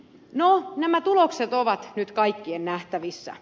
no nämä tulokset ovat nyt kaikkien nähtävissä